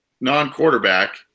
non-quarterback